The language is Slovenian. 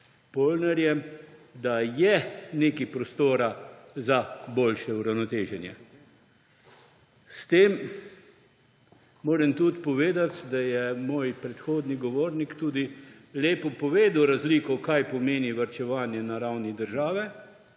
Polnarjem, da je nekaj prostora za boljše uravnoteženje. S tem moram tudi povedati, da je moj predhodni govornik tudi lepo povedal razliko, kaj pomeni varčevanje na ravni države